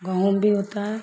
गोहूँ भी होता है